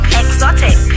exotic